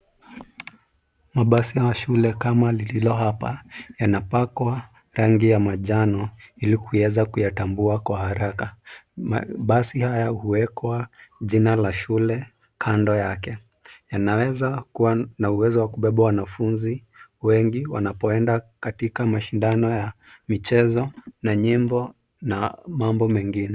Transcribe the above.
Mabasi ya shule kama lilio hapa yanapakwa rangi ya manjano ili kuweza kuyatambua haraka. Mabasi haya huwekwa jina la shule kando yake. Yanaweza kuwa na uwezo wa kubeba wanafunzi wengi wanapoenda katika mashindano ya michezo ya shule na nyimbo na mambo mengine.